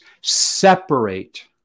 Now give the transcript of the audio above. separate